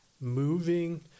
moving